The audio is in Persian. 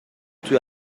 توی